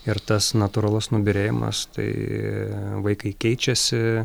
ir tas natūralus nubyrėjimas tai vaikai keičiasi